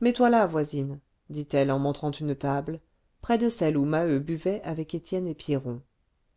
mets-toi là voisine dit-elle en montrant une table près de celle où maheu buvait avec étienne et pierron